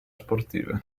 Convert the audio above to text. sportive